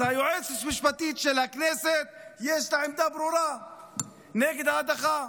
אז ליועצת המשפטית של הכנסת יש עמדה ברורה נגד ההדחה,